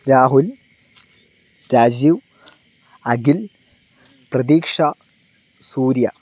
Rahul Rajeev Akhil Pratheeksha Surya